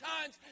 times